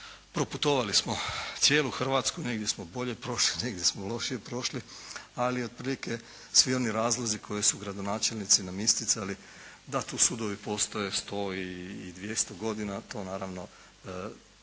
Proputovali smo cijelu Hrvatsku, negdje smo bolje prošli, negdje smo lošije prošli, ali otprilike svi oni razlozi koje su gradonačelnici nam isticali, da tu sudovi postoje 100 i 200 godina, to naravno